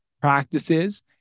practices